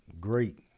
great